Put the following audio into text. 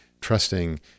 trusting